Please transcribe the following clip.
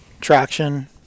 traction